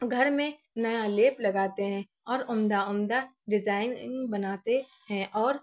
گھر میں نیا لیپ لگاتے ہیں اور عمدہ عمدہ ڈیزائننگ بناتے ہیں اور